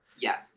Yes